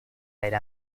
era